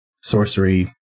sorcery